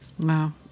Wow